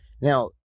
Now